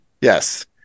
yes